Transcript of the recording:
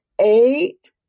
eight